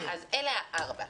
אלה הארבע.